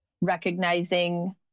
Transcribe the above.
recognizing